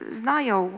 znają